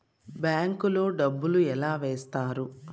bank లో డబ్బులు ఎలా వేస్తారు